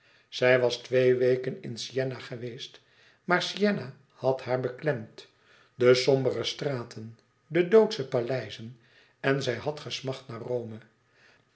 zij was twee weken in sienna geweest maar sienna had haar beklemd de sombere straten de doodsche paleizen en zij had gesmacht naar rome